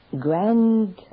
grand